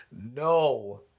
No